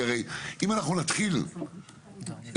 כי הרי אם אנחנו נתחיל להסתכל,